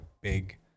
big